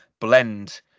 blend